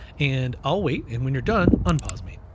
and i'll wait, and when you're done un-pause me,